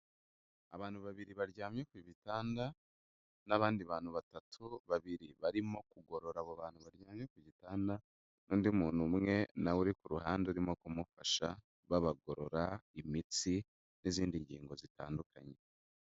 Abantu babiri baryamye ku bitanda, n'abandi bantu batatu, babiri barimo kugorora abo bantu baryamye ku gitanda, n'undi muntu, umwe nawe uri ku ruhande urimo kumufasha babagorora imitsi n'izindi ngingo zitandukanye.